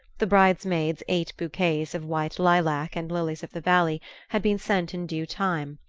the bridesmaids' eight bouquets of white lilac and lilies-of-the-valley had been sent in due time,